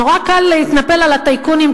נורא קל להתנפל על הטייקונים,